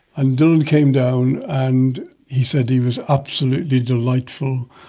and dylan came down and he said he was absolutely delightful.